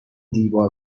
دیوار